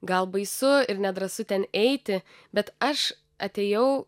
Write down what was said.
gal baisu ir nedrąsu ten eiti bet aš atėjau